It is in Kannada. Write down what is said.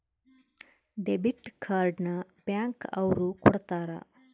ಡೆಬಿಟ್ ಕಾರ್ಡ್ ನ ಬ್ಯಾಂಕ್ ಅವ್ರು ಕೊಡ್ತಾರ